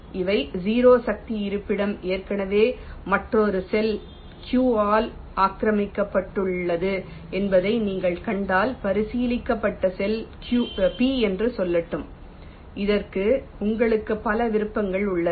எனவே 0 சக்தி இருப்பிடம் ஏற்கனவே மற்றொரு செல் q ஆல் ஆக்கிரமிக்கப்பட்டுள்ளது என்பதை நீங்கள் கண்டால் பரிசீலிக்கப்பட்ட செல் p என்று சொல்லட்டும் இதற்கு உங்களுக்கு பல விருப்பங்கள் உள்ளன